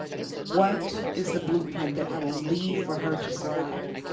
what is the blueprint that i will leave for her to survive?